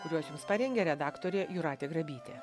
kuriuos jums parengė redaktorė jūratė grabytė